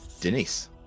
Denise